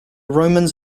romans